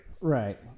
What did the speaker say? Right